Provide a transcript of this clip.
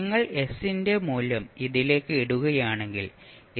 നിങ്ങൾ s ന്റെ മൂല്യം ഇതിലേക്ക് ഇടുകയാണെങ്കിൽ ഇത്